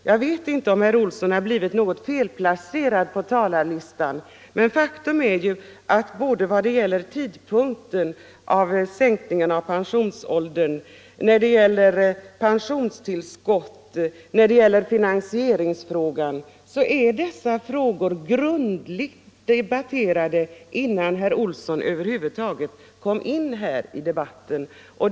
Jag vet inte om herr Olsson har blivit felplacerad på talarlistan, men faktum är att tidpunkten för sänkningen av pensionsåldern, frågan om pensionstillskotten och även finansieringsfrågan var grundligt debatterade innan herr Olsson över huvud taget kom in i debatten.